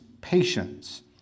patience